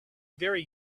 very